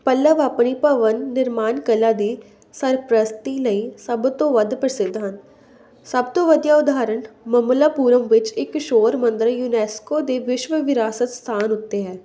ਪੱਲਵ ਆਪਣੀ ਭਵਨ ਨਿਰਮਾਣ ਕਲਾ ਦੀ ਸਰਪ੍ਰਸਤੀ ਲਈ ਸਭ ਤੋਂ ਵੱਧ ਪ੍ਰਸਿੱਧ ਹਨ ਸਭ ਤੋਂ ਵਧੀਆ ਉਦਾਹਰਣ ਮਮੱਲਾਪੁਰਮ ਵਿੱਚ ਇੱਕ ਸ਼ੋਰ ਮੰਦਰ ਯੂਨੈਸਕੋ ਦੇ ਵਿਸ਼ਵ ਵਿਰਾਸਤ ਸਥਾਨ ਉੱਤੇ ਹੈ